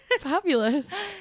fabulous